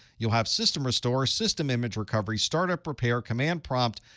you'll have system restore, system image recovery, startup repair, command prompt,